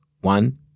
one